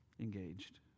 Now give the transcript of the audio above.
engaged